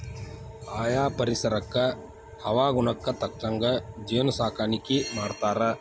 ಆಯಾ ಪರಿಸರಕ್ಕ ಹವಾಗುಣಕ್ಕ ತಕ್ಕಂಗ ಜೇನ ಸಾಕಾಣಿಕಿ ಮಾಡ್ತಾರ